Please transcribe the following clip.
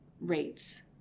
rates